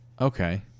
Okay